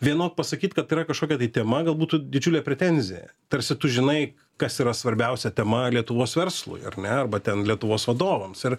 vienok pasakyt kad yra kažkokia tai tema gal būtų didžiulė pretenzija tarsi tu žinai kas yra svarbiausia tema lietuvos verslui ar ne arba ten lietuvos vadovams ir